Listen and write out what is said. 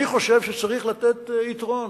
אני חושב שצריך לתת יתרון,